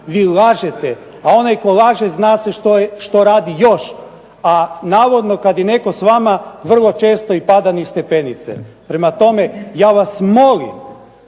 Vi lažete. A onaj tko laže zna se što radi još. A navodno kada je netko s vama vrlo često i pada niz stepenice. Prema tome, ja vas molim